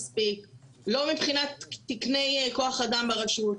לא מבחינת תקני כוח אדם ברשות.